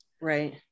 Right